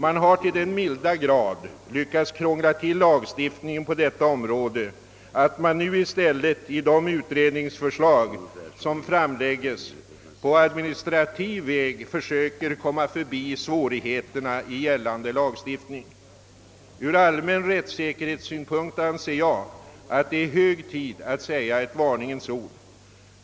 Man har till den milda grad lyckats krångla till lagstiftningen på detta område, att man nu i stället i de utredningsförslag, som framlägges, på administrativ väg försöker komma förbi svårigheterna i gällande lagstiftning. Ur allmän rättssäkerhetssynpunkt anser jag att det är hög tid att säga ett varningens ord.